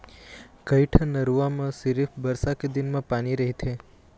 कइठन नरूवा म सिरिफ बरसा के दिन म पानी रहिथे